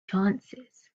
chances